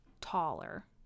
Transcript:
taller